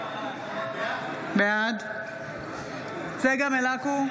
בעד צגה מלקו,